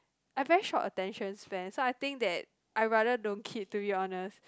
I very short attention span so I think that I rather don't keep to be honest